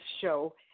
show